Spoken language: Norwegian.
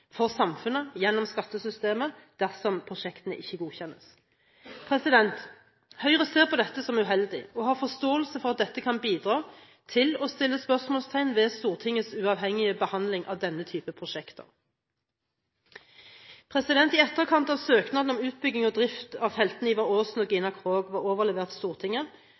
for samfunnet gjennom skattesystemet dersom prosjektene ikke godkjennes. Høyre ser på dette som uheldig og har forståelse for at dette kan bidra til å sette spørsmålstegn ved Stortingets uavhengige behandling av denne type prosjekter. I etterkant av at søknaden om utbygging og drift av feltene Ivar Aasen og Gina Krog er overlevert Stortinget,